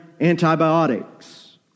antibiotics